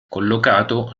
collocato